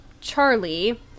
Charlie